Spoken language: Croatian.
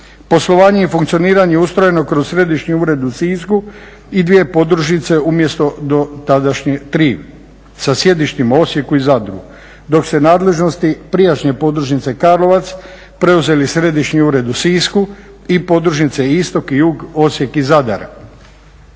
Poslovanje i funkcioniranje ustrojeno kroz središnji ured u Sisku i dvije podružnice umjesto dotadašnje tri, sa sjedištem u Osijeku i Zadru. Dok se nadležnosti prijašnje podružnice Karlovac preuzeli središnji ured u Sisku i podružnice istok i jug Osijek i Zadra.